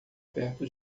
perto